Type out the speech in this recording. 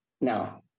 Now